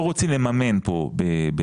תעזוב את כל סעיף (6).